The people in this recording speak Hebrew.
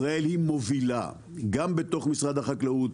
ישראל מובילה גם בתוך משרד החקלאות,